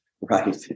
Right